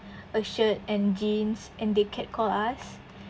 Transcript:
a shirt and jeans and they catcall us